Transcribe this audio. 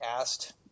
asked